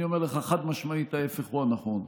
אני אומר לך חד-משמעית שההפך הוא הנכון.